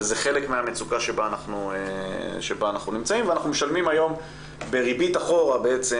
וזה חלק מהמצוקה שבה אנחנו נמצאים ואנחנו משלמים היום בריבית אחורה בעצם